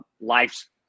Life's